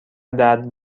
درد